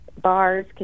bars